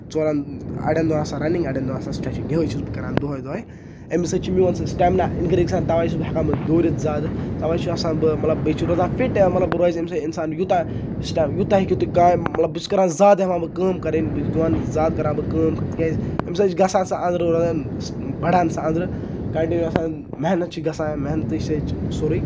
ژورَن اَڈٮ۪ن دۄہ آسان رَنِگ اَڈٮ۪ن دۄہ آسان سِٹرچِنگ یہوے چھُس بہٕ کران دۄہے دۄہے اَمے سۭتۍ چھُ میون سُہ سِٹیمنا اِنگریٖز گژھان تَوے چھُس بہٕ ہیٚکان دوٗرِتھ زیادٕ تَوے چھُس آسان بہٕ مطلب بیٚیہِ چھُس روزان فِٹ مطلب روزِ اَمہِ سۭتۍ اِنسان یوٗتاہ یوٗتاہ ہیٚکِو تُہۍ کامہِ بہٕ چھُس کران زیادٕ ہیٚوان بہٕ کٲم کرٕنۍ بہٕ چھُس دپان زیادٕ کرہا بہٕ کٲم تِکیازِ اَمہِ سۭتۍ چھُ گژھان سُہ أندرٕ روزان بَڑان سُہ أندرٕ کنٹِنیو اسان محنت چھِ گژھان محنتٕے سۭتۍ چھُ سورُے